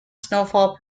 snowfall